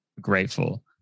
grateful